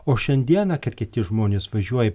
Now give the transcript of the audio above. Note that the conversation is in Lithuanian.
o šiandieną kad kiti žmonės važiuoja